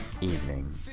Evening